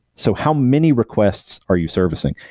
so how many requests are you servicing?